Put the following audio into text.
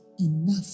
enough